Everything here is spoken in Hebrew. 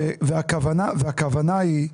והכוונה היא,